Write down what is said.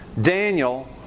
Daniel